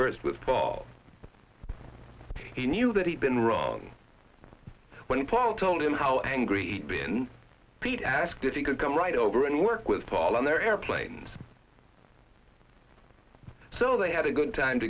first with paul he knew that he'd been wrong when paul told him how angry pete asked if he could come right over and work with paul on their airplanes so they had a good time